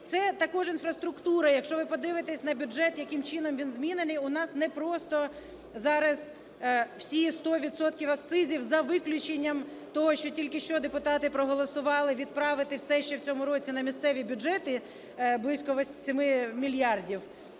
Це також інфраструктура. Якщо ви подивитесь на бюджет, яким чином він змінений: у нас не просто зараз всі 100 відсотків акцизів, за виключенням того, що тільки що депутати проголосували відправити все, що в цьому році, на місцеві бюджети – близько 8 мільярдів,